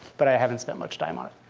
but i haven't spent much time on it,